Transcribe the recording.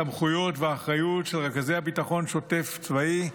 הסמכויות והאחריות של רכזי ביטחון שוטף צבאיים,